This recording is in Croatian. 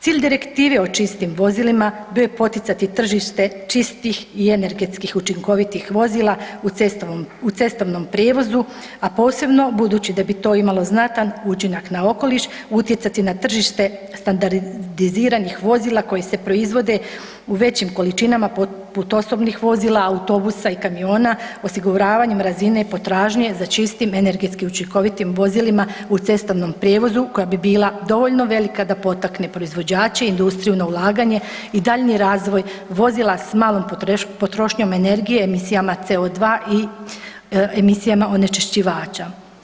Cilj direktive o čistim vozilima bilo je poticati tržište čistih i energetskih učinkovitih vozila u cestovnom prijevozu, a posebno budući da bi to imalo znatan učinak na okoliš, utjecati na tržište standardiziranih vozila koji se proizvode u većim količinama poput osobnih vozila, autobusa i kamiona osiguravanjem razine potražnje za čistim energetski učinkovitim vozilima u cestovnom prijevozu koja bi bila dovoljno velika da potakne proizvođače, industriju na ulaganje i daljnji razvoj vozila sa malom potrošnjom energije, emisijama CO2 i emisijama onečišćivača.